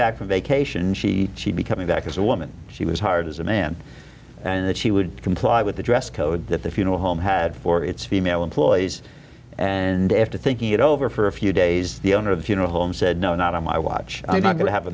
back from vacation she she'd be coming back as a woman she was hired as a man and that she would comply with the dress code that the funeral home had for its female employees and after thinking it over for a few days the owner of the funeral home said no not on my watch i'm not going to have a